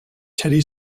teddy